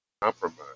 compromise